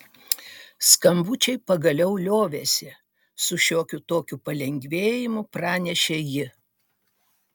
skambučiai pagaliau liovėsi su šiokiu tokiu palengvėjimu pranešė ji